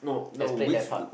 has played their part